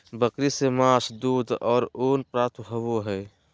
बकरी से मांस, दूध और ऊन प्राप्त होबय हइ